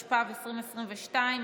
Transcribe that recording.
התשפ"ב 2022,